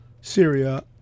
Syria